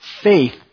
Faith